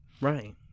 Right